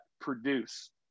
produce